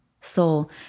Soul